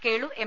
Kelu M